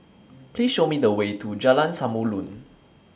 Please Show Me The Way to Jalan Samulun